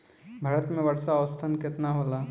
भारत में वर्षा औसतन केतना होला?